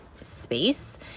space